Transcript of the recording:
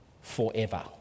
forever